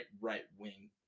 right-wing